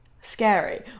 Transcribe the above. scary